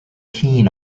keen